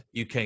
UK